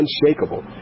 unshakable